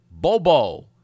Bobo